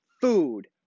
food